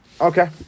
Okay